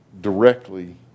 directly